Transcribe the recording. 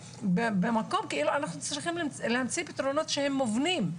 ואנחנו צריכים להמציא פתרון שהם מובנים.